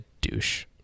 douche